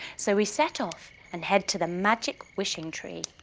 so we set off and head to the magic wishing tree.